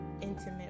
intimate